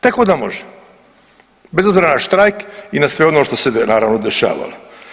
Tek onda može bez obzira na štrajk i na sve ono što se naravno dešavalo.